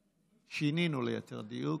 שינינו, ליתר דיוק.